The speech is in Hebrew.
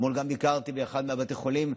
אתמול גם ביקרתי באחד מבתי החולים,